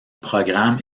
programme